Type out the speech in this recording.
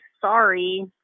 sorry